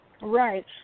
right